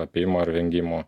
apėjimo ar vengimo